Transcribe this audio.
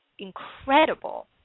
incredible